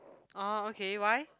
oh okay why